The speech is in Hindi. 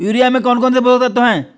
यूरिया में कौन कौन से पोषक तत्व है?